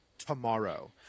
Tomorrow